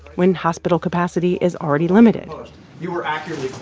when hospital capacity is already limited you were accurately